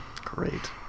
Great